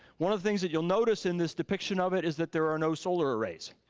one of the things that you'll notice in this depiction of it is that there are no solar arrays.